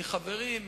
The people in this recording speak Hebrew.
מחברים,